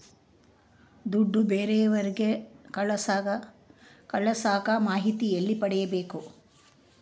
ದುಡ್ಡು ಬೇರೆಯವರಿಗೆ ಕಳಸಾಕ ಮಾಹಿತಿ ಎಲ್ಲಿ ಪಡೆಯಬೇಕು?